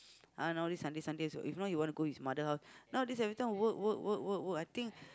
ah nowadays Sundays Sundays if not he want to go his mother house nowadays every time work work work work work I think